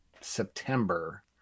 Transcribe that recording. September